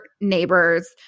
neighbors